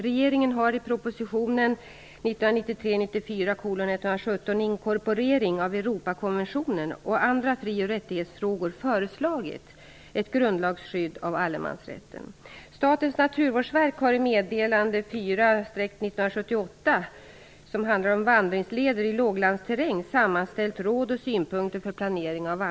Regeringen har i proposition 1993/94:117 Inkorporering av Europakonventionen och andra fri och rättighetsfrågor föreslagit ett grundlagsskydd av allemansrätten.